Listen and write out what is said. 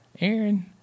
Aaron